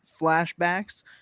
flashbacks